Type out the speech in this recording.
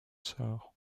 sort